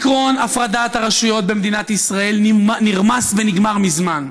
עקרון הפרדת הרשויות במדינת ישראל נרמס ונגמר מזמן.